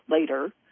later